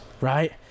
right